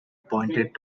pointed